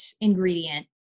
ingredient